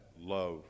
love